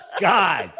God